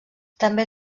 també